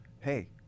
hey